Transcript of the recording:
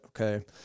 okay